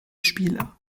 spieler